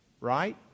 Right